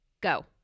Go